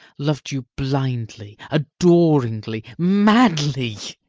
loved you blindly, adoringly, madly!